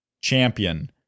champion